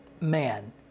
man